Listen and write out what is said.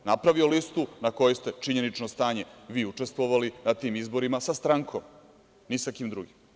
Napravio je listu na kojoj ste, činjenično stanje, vi učestvovali, na tim izborima, sa strankom, ni sa kim drugim.